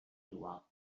igual